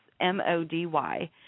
M-O-D-Y